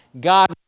God